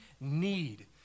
need